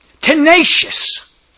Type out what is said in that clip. tenacious